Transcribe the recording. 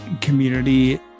community